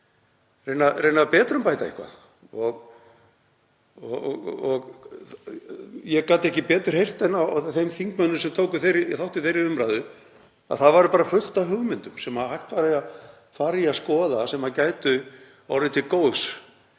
reyna að betrumbæta eitthvað. Ég gat ekki betur heyrt á þeim þingmönnum sem tóku þátt í þeirri umræðu en að það væri bara fullt af hugmyndum sem hægt væri að fara í að skoða sem gætu orðið til góðs.